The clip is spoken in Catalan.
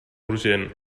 urgent